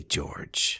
George